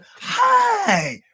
hi